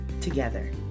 together